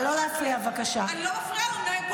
למה קריאה ראשונה?